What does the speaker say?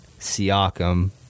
Siakam